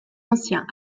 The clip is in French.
anciens